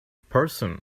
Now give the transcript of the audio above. person